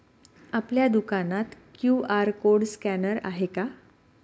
आपल्या दुकानात QR code scanner आहे का?